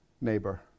neighbor